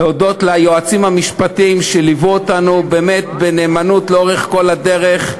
להודות ליועצים המשפטיים שליוו אותנו בנאמנות לאורך כל הדרך,